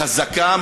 חזקה,